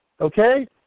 Okay